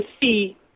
see